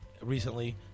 recently